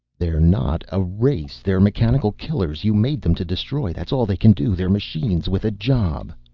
they're not a race. they're mechanical killers. you made them to destroy. that's all they can do. they're machines with a job.